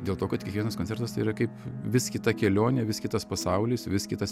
dėl to kad kiekvienas koncertas tai yra kaip vis kita kelionė vis kitas pasaulis vis kitas